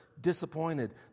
disappointed